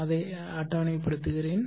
அதை அட்டவணைப்படுத்துகிறேன்